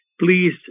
Please